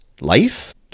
life